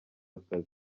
akazi